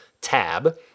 tab